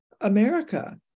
America